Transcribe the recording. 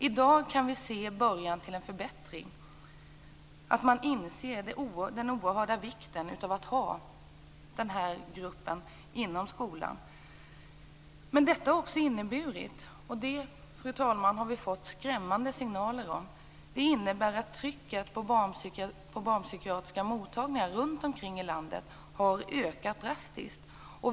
I dag kan vi se början till en förbättring. Man inser den stora vikten av att ha de här yrkesgrupperna inom skolan. Men detta har också inneburit - och det, fru talman, har vi fått skrämmande signaler om - att trycket på barnpsykiatriska mottagningar runt om i landet har ökat drastiskt.